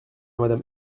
madame